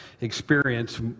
experience